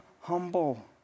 humble